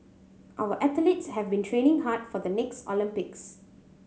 our athletes have been training hard for the next Olympics